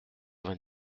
vingt